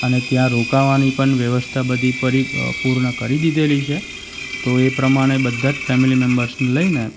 અને ત્યાં રોકાવાની પણ વ્યવસ્થા બધી પરિપૂર્ણ કરી દીધેલી છે તો એ પ્રમાણે બધા જ ફેમિલી મેમ્બર્સને લઈને